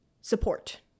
support